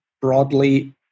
broadly